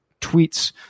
tweets